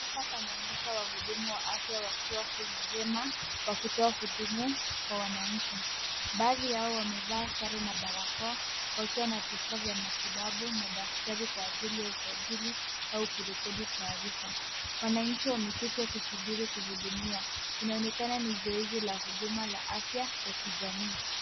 Hapa panaonyesha wahudumu wa afya wakiwa kwenye hema wakitoa hudumu kwa wananchi. Baadhi yao wamevaa sare na barakoa wakiwa na vifaa vya matibabu na daftari kwa ajili ya usajili au kurekodi taarifa. Wananchi wameketi wakisubiri kuhudumiwa, inaonekana ni zoezi la huduma la afya ya kijamii.